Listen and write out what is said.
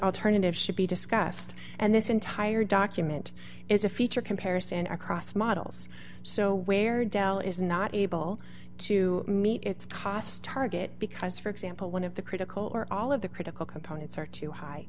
alternative should be discussed and this entire document is a feature comparison across models so where dell is not able to meet its cost target because for example one of the critical or all of the critical components are too high